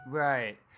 Right